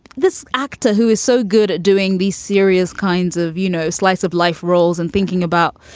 this actor who is so good at doing these serious kinds of, you know, slice of life roles and thinking about,